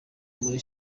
muri